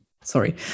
sorry